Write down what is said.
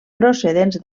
procedents